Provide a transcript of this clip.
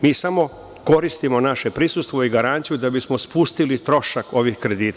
Mi samo koristimo naše prisustvo i garanciju, da bismo spustili trošak ovih kredita.